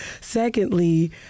Secondly